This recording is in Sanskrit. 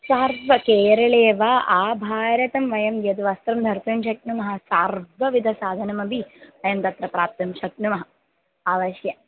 सर्वं केरले एव आभारतं वयं यद् वस्त्रं धर्तुं शक्नुमः सर्वविधसाधनमपि वयं तत्र प्राप्तुं शक्नुमः अवश्यं